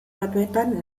batuetan